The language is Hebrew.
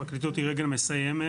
הפרקליטות היא רגל מסיימת.